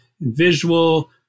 visual